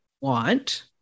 want